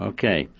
Okay